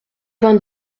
vingt